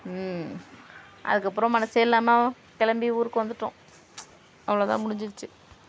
அதற்கப்பறோம் மனசே இல்லாமல் கிளம்பி ஊருக்கு வந்துவிட்டோம் அவ்ளோ தான் முடிஞ்சிருச்சு